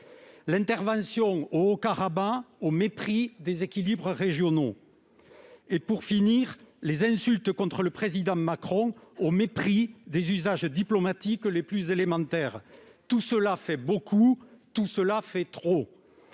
l'intervention au Haut-Karabakh, au mépris des équilibres régionaux, et, pour finir, les insultes contre le président Macron, au mépris des usages diplomatiques les plus élémentaires : tout cela fait beaucoup, tout cela est trop